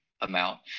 amount